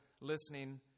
listening